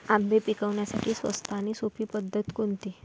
आंबे पिकवण्यासाठी स्वस्त आणि सोपी पद्धत कोणती?